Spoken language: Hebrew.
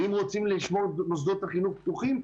ואם רוצים לשמור את מוסדות החינוך פתוחים,